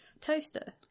toaster